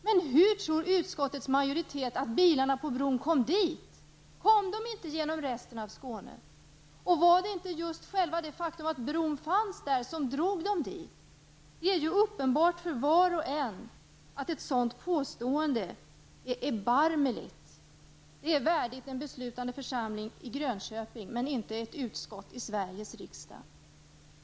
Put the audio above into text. Men hur tror utskottets majoritet att bilarna på bron skall komma dit? Kommer de inte igenom resten av Skåne? Och är det inte just själva det faktum att bron kommer att finnas är som drar dem dit? Det är ju uppenbart för var och en att ett sådant påstående är erbarmligt. Det är värdigt en beslutande församling i Grönköping men inte ett utskott i Sveriges riksdag.